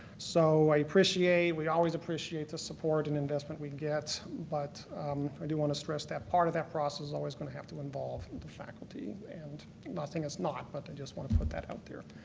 so i appreciate, we always appreciate the support and investment we get. but i do want to stress that part of that process is always going to have to involve the faculty, and nothing is not but i and just want to put that out there.